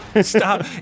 Stop